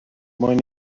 mwyn